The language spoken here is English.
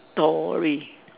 story